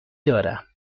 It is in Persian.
دارم